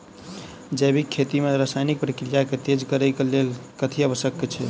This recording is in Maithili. जैविक खेती मे रासायनिक प्रक्रिया केँ तेज करै केँ कऽ लेल कथी आवश्यक छै?